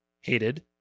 hated